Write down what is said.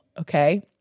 Okay